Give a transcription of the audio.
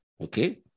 Okay